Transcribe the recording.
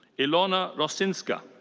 ilona rosinska.